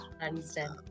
Understand